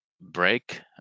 break